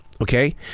okay